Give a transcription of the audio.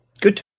good